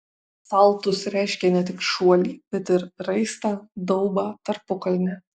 saltus reiškia ne tik šuolį bet ir raistą daubą tarpukalnę